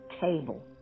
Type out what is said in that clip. table